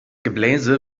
gebläse